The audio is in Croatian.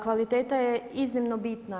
Kvaliteta je iznimno bitna.